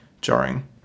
jarring